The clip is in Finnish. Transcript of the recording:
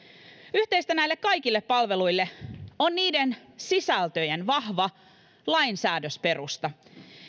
yhteistä näille kaikille palveluille on niiden sisältöjen vahva lainsäädäntöperusta